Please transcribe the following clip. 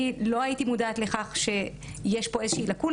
אני לא הייתי מודעת לכך שיש פה איזו שהיא לקונה